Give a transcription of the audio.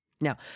Now